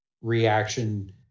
reaction